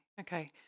Okay